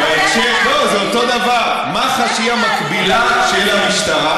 אתם מנהלים את הדיון הזה.